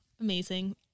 amazing